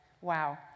Wow